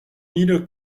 mille